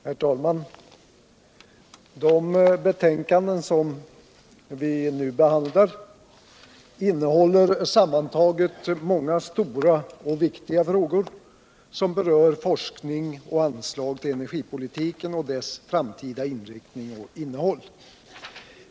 Herr talman! De betänkanden som vi nu behandlar innehåller sammantaget Många stora och viktiga frågor som berör torskning om och anslag till energipolitiken samt dess framtida inriktning och innehåll.